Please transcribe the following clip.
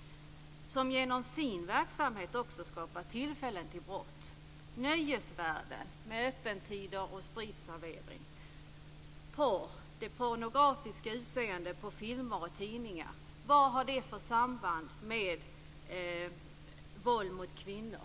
- som genom sin verksamhet skapar tillfällen till brott: nöjesvärlden med öppettider och spritservering, porr, det pornografiska utseendet på filmer och tidningar - vad har det för samband med våld mot kvinnor?